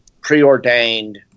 preordained